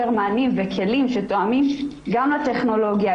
חשוב לי שיהיו יותר מענים וכלים שתואמים גם לטכנולוגיה,